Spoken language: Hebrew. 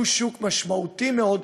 שהוא שוק משמעותי מאוד,